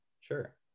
Sure